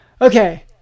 Okay